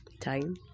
time